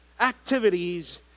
activities